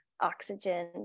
oxygen